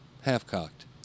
half-cocked